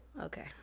Okay